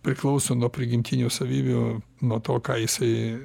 priklauso nuo prigimtinių savybių nuo to ką jisai